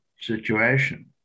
situation